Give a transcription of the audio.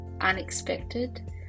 unexpected